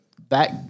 back